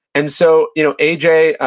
and so you know a j.